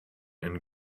and